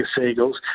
Seagulls